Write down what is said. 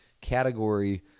category